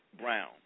Brown